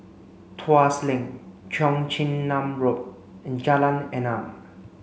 Tuas Link Cheong Chin Nam Road and Jalan Enam